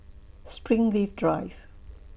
Springleaf Drive